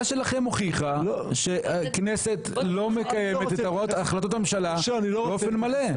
שלכם הוכיחה שהכנסת לא מקיימת את החלטות הממשלה באופן מלא.